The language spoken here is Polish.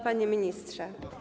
Panie Ministrze!